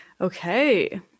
Okay